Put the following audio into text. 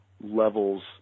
levels